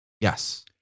Yes